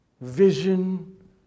vision